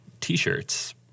T-shirts